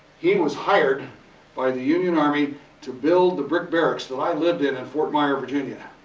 he was hired by the union army to build the brick barracks that i lived in at fort myer, virginia.